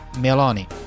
Meloni